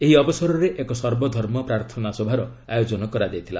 ଏହି ଅବସରରେ ଏକ ସର୍ବଧର୍ମ ପ୍ରାର୍ଥନା ସଭାର ଆୟୋଜନ କରାଯାଇଥିଲା